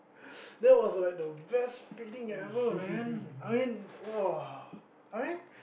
that was like the best feeling ever man I mean !wah! I mean